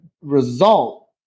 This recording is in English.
result